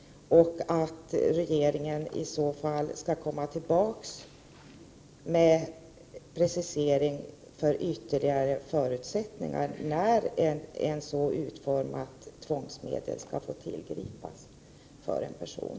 Regeringen skall i så fall komma tillbaka med en precisering för ytterligare förutsättningar för när ett så utformat tvångsmedel skall få tillgripas på en person.